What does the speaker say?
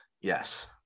yes